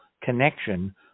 connection